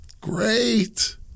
Great